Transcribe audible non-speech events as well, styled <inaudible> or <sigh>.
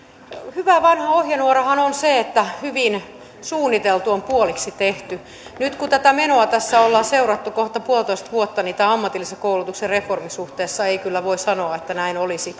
hyvä vanha ohjenuorahan on se että hyvin suunniteltu on puoliksi tehty nyt kun tätä menoa tässä ollaan seurattu kohta puolitoista vuotta niin tämän ammatillisen koulutuksen reformin suhteen ei kyllä voi sanoa että näin olisi <unintelligible>